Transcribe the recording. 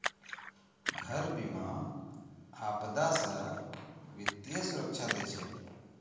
घर बीमा, आपदा से वित्तीय सुरक्षा दै छै